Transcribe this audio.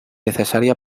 necesaria